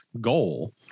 goal